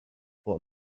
for